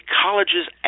college's